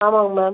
ஆமாங்க மேம்